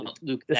Luke